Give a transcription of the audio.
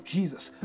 Jesus